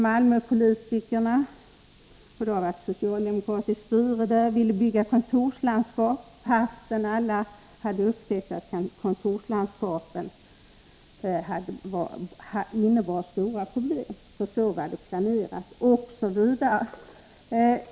Malmöpolitikerna — i Malmö har det varit socialdemokratiskt styre — ville bygga kontorslandskap, trots att alla hade upptäckt att kontorslandskapen innebar stora problem, därför att det var planerat, osv.